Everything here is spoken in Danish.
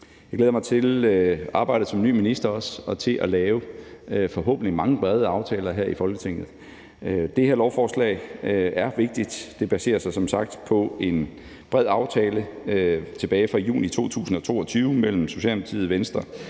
Jeg glæder mig også til arbejdet som ny minister og til forhåbentlig at lave mange brede aftaler her i Folketinget. Det her lovforslag er vigtigt. Det baserer sig som sagt på en bred aftale tilbage fra juni 2022 mellem Socialdemokratiet, Venstre,